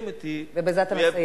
ובזה אתה מסיים.